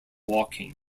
walking